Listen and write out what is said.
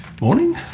Morning